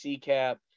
cap